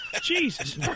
Jesus